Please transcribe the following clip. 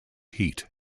heat